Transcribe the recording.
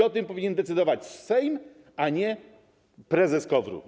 O tym powinien decydować Sejm, a nie prezes KOWR-u.